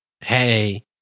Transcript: Hey